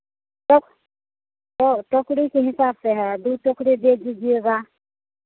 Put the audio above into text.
टोक टोकरी के हिसाब से है दो टोकरी दे दीजिएगा